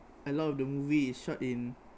a lot of the movie is shot in